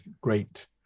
great